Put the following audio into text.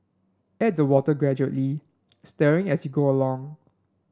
add the water gradually stirring as you go along